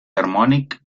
harmònic